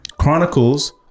Chronicles